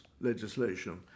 legislation